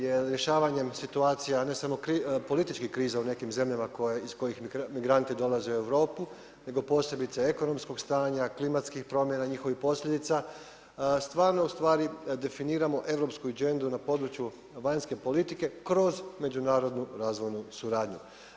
Jer rješavanjem situacija ne samo političkih kriza u nekim zemljama iz kojih migranti dolaze u Europu nego posebice ekonomskog stanja, klimatskih promjena, njihovih posljedica stvarno u stvari definiramo europsku Agendu na području vanjske politike kroz međunarodnu razvojnu suradnju.